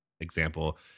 example